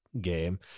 game